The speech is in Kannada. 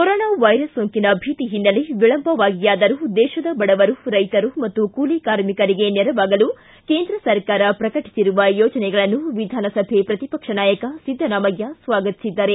ಕೊರೊನಾ ವೈರಸ್ ಸೋಂಕಿನ ಭೀತಿ ಹಿನ್ನೆಲೆ ವಿಳಂಬವಾಗಿಯಾದರೂ ದೇಶದ ಬಡವರು ರೈತರು ಮತ್ತು ಕೂಲಿಕಾರ್ಮಿಕರಿಗೆ ನೆರವಾಗಲು ಕೇಂದ್ರ ಸರ್ಕಾರ ಪ್ರಕಟಿಸಿರುವ ಯೋಜನೆಗಳನ್ನು ವಿಧಾನಸಭೆ ಪ್ರತಿಪಕ್ಷ ನಾಯಕ ಸಿದ್ದರಾಮಯ್ಯ ಸ್ವಾಗತಿಸಿದ್ದಾರೆ